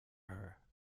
her